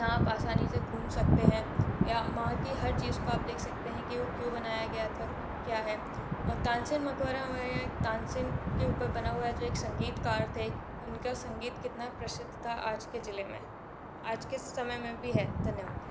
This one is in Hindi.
यहाँ आप आशानी से घूम सकते हैं या वहाँ की हर चीज़ को आप देख सकते हैं कि वो क्यो बनाया गया था क्या है तानसेन मक़बरा हमारे यहाँ एक तानसेन के उपर बना हुआ जो एक संगीतकार थे उनका संगीत कितना प्रसिद्ध था आज के ज़िले में आज के समय में भी है धन्यवाद